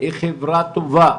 היא חברה טובה,